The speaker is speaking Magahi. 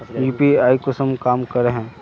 यु.पी.आई कुंसम काम करे है?